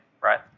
right